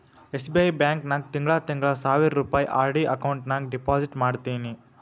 SBI bank ನಾಗ್ ತಿಂಗಳಾ ತಿಂಗಳಾ ಸಾವಿರ್ ರುಪಾಯಿ ಆರ್.ಡಿ ಅಕೌಂಟ್ ನಾಗ್ ಡೆಪೋಸಿಟ್ ಮಾಡ್ತೀನಿ